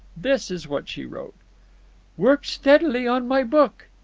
this is what she wrote worked steadily on my book.